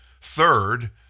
Third